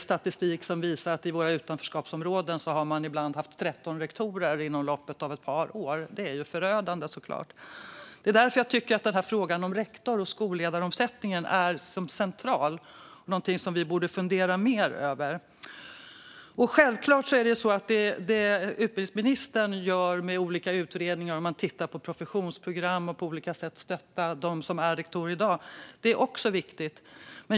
Statistiken som visar att man i våra utanförskapsområden ibland har haft 13 rektorer inom loppet av ett par år är därför förödande, och det är därför jag tycker att frågan om rektors och skolledaromsättningen är så central och något som vi borde fundera mer över. Det utbildningsministern gör med olika utredningar och professionsprogram liksom att man på olika sätt stöttar dem som är rektorer i dag är självklart viktigt.